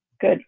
good